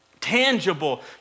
tangible